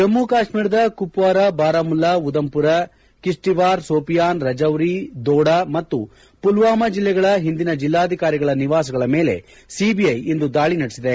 ಜಮ್ಲು ಕಾಶ್ಮೀರದ ಕುಪ್ವಾರ ಬಾರಾಮುಲ್ಲಾ ಉಧಮ್ಪುರ ಕಿಶ್ವವಾರ್ ಸೋಪಿಯಾನ್ ರಜೌರಿ ದೋಡಾ ಮತ್ತು ಪುಲ್ವಾಮಾ ಜಿಲ್ಲೆಗಳ ಹಿಂದಿನ ಜಿಲ್ಲಾಧಿಕಾರಿಗಳ ನಿವಾಸಗಳ ಮೇಲೆ ಸಿಬಿಐ ಇಂದು ದಾಳಿ ನಡೆಸಿದೆ